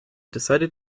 decided